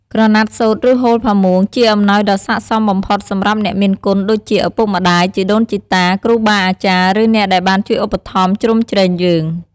ក្រណាត់សូត្រ ឬហូលផាមួង ជាអំណោយដ៏ស័ក្តិសមបំផុតសម្រាប់អ្នកមានគុណដូចជា ឪពុកម្តាយ ជីដូនជីតា គ្រូបាអាចារ្យ ឬអ្នកដែលបានជួយឧបត្ថម្ភជ្រោមជ្រែងយើង។